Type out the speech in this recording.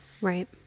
Right